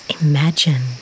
imagine